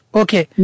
okay